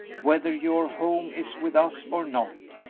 whether your home is with us or not,